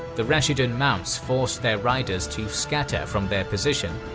the rashidun mounts forced their riders to scatter from their position,